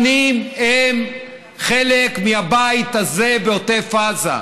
שנים הם חלק מהבית הזה, בעוטף עזה.